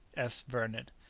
s. vernon.